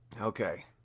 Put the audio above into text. Okay